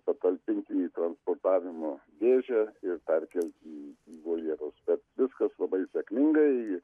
patalpinti į transportavimo dėžę ir perkelti į voljerus bet viskas labai sėkmingai